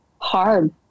Hard